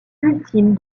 ultime